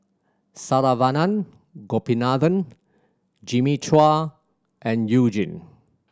Saravanan Gopinathan Jimmy Chua and You Jin